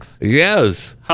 Yes